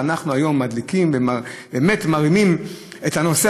ואנחנו היום מדליקים ומרימים את הנושא